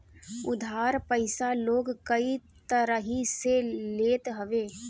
उधार पईसा लोग कई तरही से लेत हवे